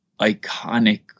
iconic